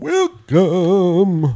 Welcome